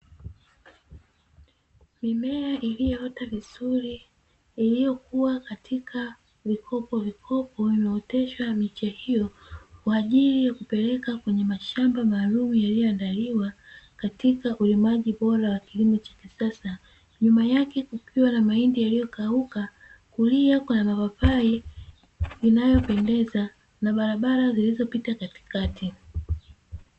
Mimea iliyoota vizuri iliyokuwa katika vikopo vikopo, vimeoteshwa miche hiyo kwa ajili ya kupeleka kwenye mashamba maalumu yaliyoandaliwa katika ulimaji bora wa kilimo cha kisasa, nyuma yake kukiwa na mahindi yaliyokauka kulia kwa mapapai inayopendeza na barabara zilizopita katikati.